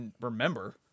remember